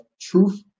Truth